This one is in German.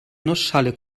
nussschale